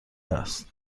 است